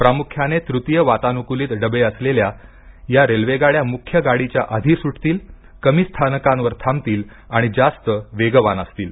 प्रामुख्याने तृतीय वातानुकूलीत डबे असलेल्या या रेल्वे गाड्या मुख्य गाडीच्या आधी सुटतील कमी स्थानकात थांबतील आणि जास्त वेगवान असतील